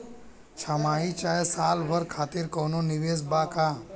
छमाही चाहे साल भर खातिर कौनों निवेश बा का?